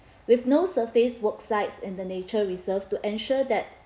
with no surface work sites in the nature reserve to ensure that